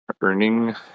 earning